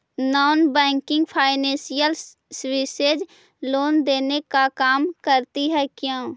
Non banking financial services loan देने का काम करती है क्यू?